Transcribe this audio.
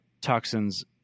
Toxin's